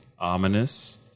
Ominous